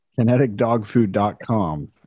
KineticDogFood.com